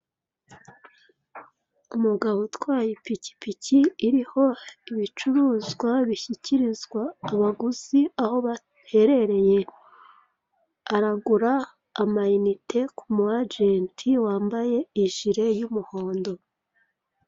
Umugabo utwaye ipikipiki iriho ibicuruzwa bishyikirizwa abaguzi aho baherereye. Aragura amayinite ku mu ajenti wambaye ijire y'umuhondo.